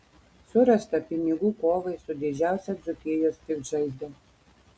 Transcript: surasta pinigų kovai su didžiausia dzūkijos piktžaizde